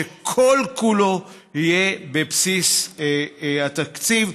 שכל-כולו יהיה בבסיס התקציב.